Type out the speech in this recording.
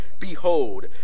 Behold